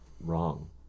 wrong